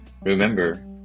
Remember